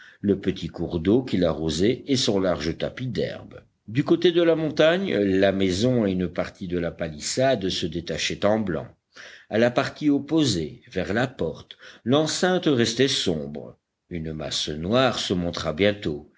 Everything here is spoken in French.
le petit cours d'eau qui l'arrosait et son large tapis d'herbes du côté de la montagne la maison et une partie de la palissade se détachaient en blanc à la partie opposée vers la porte l'enceinte restait sombre une masse noire se montra bientôt